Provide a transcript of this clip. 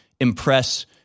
impress